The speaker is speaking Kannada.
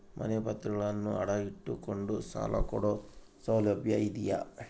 ಮನೆ ಪತ್ರಗಳನ್ನು ಅಡ ಇಟ್ಟು ಕೊಂಡು ಸಾಲ ಕೊಡೋ ಸೌಲಭ್ಯ ಇದಿಯಾ?